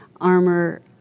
armor